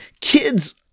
kids